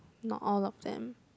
not all of them